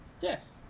Yes